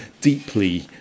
deeply